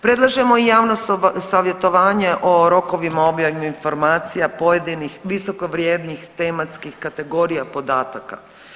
Predlažemo i javno savjetovanje o rokovima objavljenim informacija pojedinih visokovrijednih tematskih kategorija podataka.